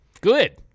Good